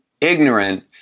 ignorant